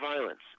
violence